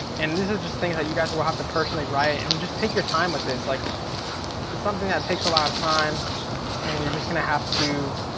and these are just things that you guys will have to personally write, and just take your time with this. like it's something that takes a lot of time and you're just gonna have to